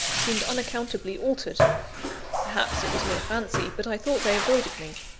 seemed unaccountably altered perhaps it was mere fancy, but i thought they avoided me.